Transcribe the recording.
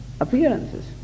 appearances